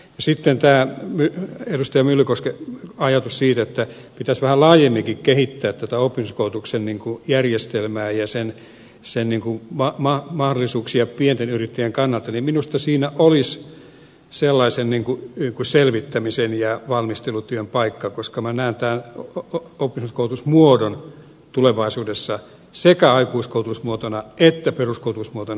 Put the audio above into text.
sitten tämä edustaja myllykosken ajatus siitä että pitäisi vähän laajemminkin kehittää tätä oppisopimuskoulutuksen järjestelmää ja sen mahdollisuuksia pienten yrittäjien kannalta niin minusta siinä olisi sellaisen selvittämisen ja valmistelutyön paikka koska minä näen tämän oppisopimuskoulutusmuodon tulevaisuudessa sekä aikuiskoulutusmuotona että peruskoulutusmuotona